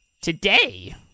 Today